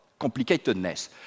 complicatedness